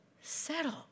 settle